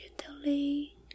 gently